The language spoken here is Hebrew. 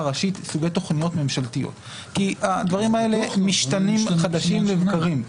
ראשית סוגי תכניות ממשלתיות כי הדברים האלה משתנים חדשים לבקרים.